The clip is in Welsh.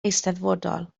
eisteddfodol